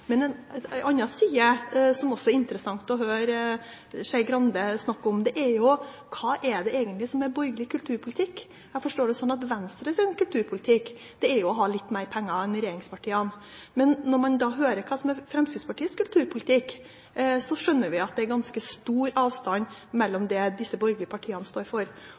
men vi ønsker ikke å kutte i pressestøtten, for det får faktisk dramatiske konsekvenser for både små og mellomstore aviser – også hvis man skal foreta den omlegginga som partiet Venstre ønsker. En annen side som også er interessant å høre Skei Grande snakke om, er: Hva er det egentlig som er borgerlig kulturpolitikk? Jeg forstår det sånn at Venstres kulturpolitikk er å ha litt mer penger enn regjeringspartiene. Men når vi hører hva som er Fremskrittspartiets kulturpolitikk, skjønner vi at